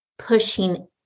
pushing